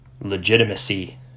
legitimacy